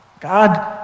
God